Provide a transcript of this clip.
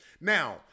Now